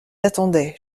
attendais